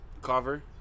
cover